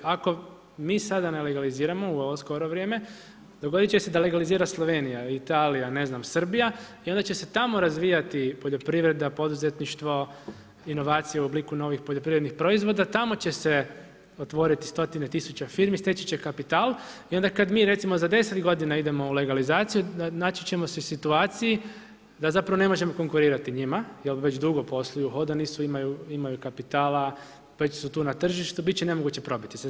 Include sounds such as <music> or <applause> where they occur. Ako mi sada ne legaliziramo u ovo skoro vrijeme, dogoditi će se da legalizira Slovenija, Italija, ne znam Srbija i onda će se tamo razvijati poljoprivreda, poduzetništvo, inovacije u obliku novih poljoprivrednih proizvoda, tamo će se otvoriti stotine tisuća firmi, steći će kapital i onda kad mi recimo za 10 godina idemo u legalizaciju naći ćemo se u situaciji da zapravo ne možemo konkurirati njima jer već dugo posluju, uhodani su, imaju kapitala ... <unintelligible> su tu na tržištu, biti će nemoguće probiti se.